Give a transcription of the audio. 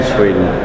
Sweden